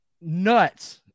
Nuts